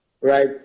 right